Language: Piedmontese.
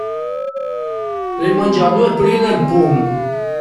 L'ai mangià due prün-e e ün pum